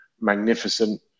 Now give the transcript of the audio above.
magnificent